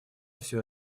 все